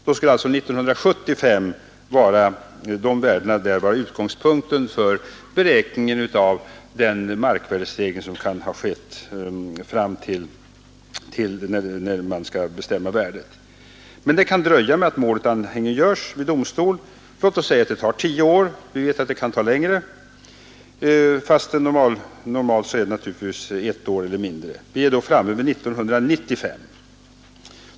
Då skulle alltså värdena 1975 vara utgångspunkt för beräkningen av den markvärdestegring som kan ha skett fram till dess man skall bestämma värdet. Men det kan dröja med att målet anhängiggörs vid domstol. Låt oss säga att det tar 10 år — vi vet att det kan ta längre tid fastän normalt är det naturligtvis 1 år eller mindre. Vi är då framme vid 1995.